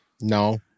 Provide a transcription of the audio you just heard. No